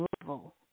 level